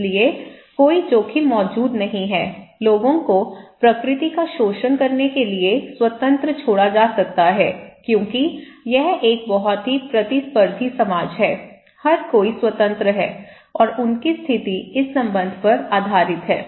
इसलिए कोई जोखिम मौजूद नहीं है लोगों को प्रकृति का शोषण करने के लिए स्वतंत्र छोड़ा जा सकता है क्योंकि यह एक बहुत ही प्रतिस्पर्धी समाज है हर कोई स्वतंत्र है और उनकी स्थिति इस संबंध पर आधारित है